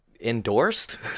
endorsed